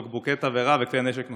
בקבוקי תבערה וכלי נשק נוספים.